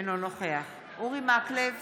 אינו נוכח אורי מקלב,